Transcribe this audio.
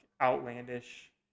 outlandish